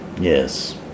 Yes